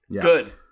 Good